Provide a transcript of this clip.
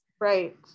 right